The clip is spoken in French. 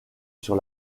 sur